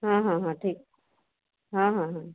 ହଁ ହଁ ହଁ ଠିକ ହଁ ହଁ ହଁ